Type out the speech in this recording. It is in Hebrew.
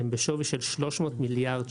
הם בשווי של 300 מיליארד שקל.